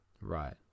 right